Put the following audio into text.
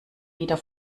wieder